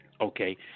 Okay